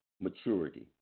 maturity